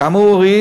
כמה הוא הוריד?